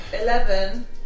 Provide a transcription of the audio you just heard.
Eleven